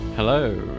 Hello